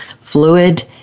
fluid